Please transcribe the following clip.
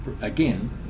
again